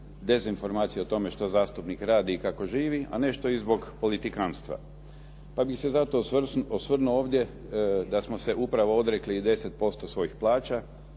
dezinformacija o tome što zastupnik radi i kako živi a nešto i zbog politikantstva pa bih se zato osvrnuo ovdje da smo se upravo odrekli 10% svojih plaća,